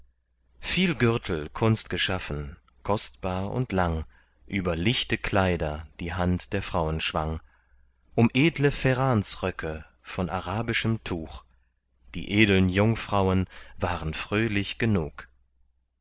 viel gürtel kunstgeschaffen kostbar und lang über lichte kleider die hand der frauen schwang um edle ferransröcke von arabischem tuch die edeln jungfrauen waren fröhlich genug